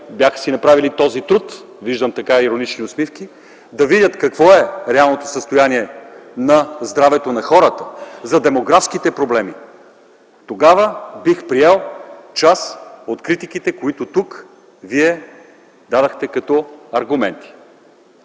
бяха си направили този труд, а виждам иронични усмивки, да видят какво е реалното състояние на здравето на хората, да видят демографските проблеми, тогава бих приел част от критиките, които вие дадохте тук като аргументи.